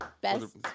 best